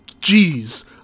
Jeez